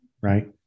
right